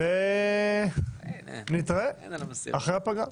ונתראה אחרי הפגרה.